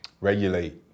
regulate